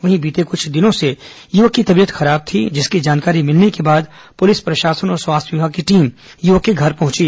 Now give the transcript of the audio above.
वहीं बीते कुछ दिनों से युवक की तबीयत खराब थी जिसकी जानकारी मिलने के बाद पुलिस प्रशासन और स्वास्थ्य विभाग की टीम युवक के घर पहुंची